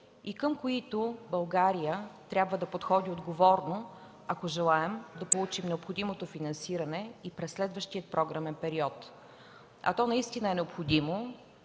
и към които България трябва да подходи отговорно, ако желаем да получим необходимото финансиране и през следващия програмен период. А то наистина е необходимо,